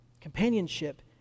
Companionship